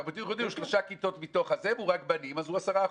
התרבותי-ייחודי הוא שלוש כיתות והוא רק בנים אז הוא 10%,